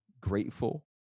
grateful